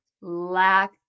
lack